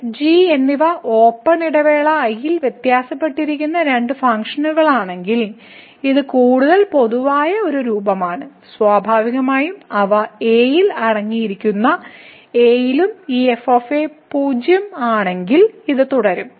F G എന്നിവ open ഇടവേള I ൽ വ്യത്യാസപ്പെട്ടിരിക്കുന്ന രണ്ട് ഫംഗ്ഷനുകളാണെങ്കിൽ ഇത് കൂടുതൽ പൊതുവായ ഒരു രൂപമാണ് സ്വാഭാവികമായും അവ a യിൽ അടങ്ങിയിരിക്കുന്ന a യിലും ഈ f 0 ഉം ആണെങ്കിൽ ഇത് തുടരും